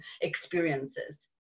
experiences